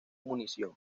munición